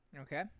Okay